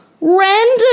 random